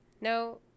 No